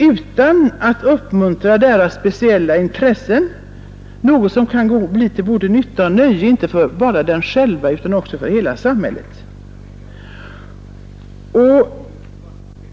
Vi skall uppmuntra deras speciella intressen, något som kan bli till både nytta och nöje inte bara för dem själva utan också för hela samhället.